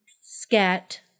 scat